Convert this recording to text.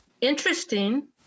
interesting